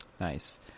Nice